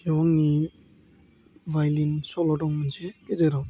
बेयाव आंनि भाय'लिन सल' दं मोनसे गेजेराव